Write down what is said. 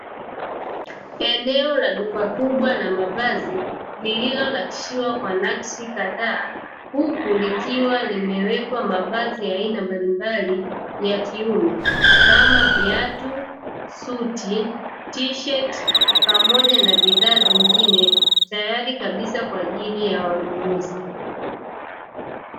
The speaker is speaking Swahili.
Eneo la duka kubwa la mavazi lililonakshiwa kwa nakshi kadhaa, huku likiwa limewekwa mavazi ya aina mbalimbali ya kiume kama: viatu, suti, tisheti, pamoja na bidhaa zingine; tayari kabisa kwa ajili ya wanunuzi.